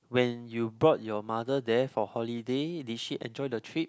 when you brought your mother there for holiday did she enjoy the trip